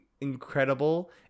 incredible